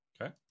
Okay